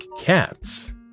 cats